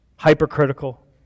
hypercritical